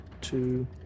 two